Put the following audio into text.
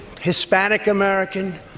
Hispanic-American